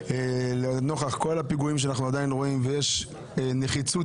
נוכח כל הפיגועים שאנחנו רואים ויש נחיצות